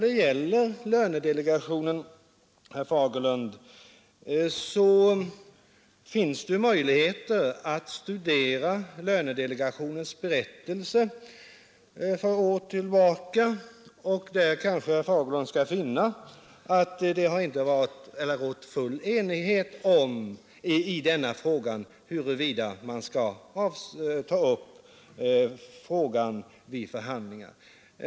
Det finns, herr Fagerlund, möjligheter att studera lönedelegationens berättelser för år tillbaka. Där kanske herr Fagerlund skall finna att det inte rått full enighet om huruvida man skulle ta upp denna fråga vid förhandlingar.